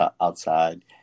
outside